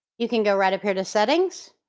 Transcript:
you can go right up here to settings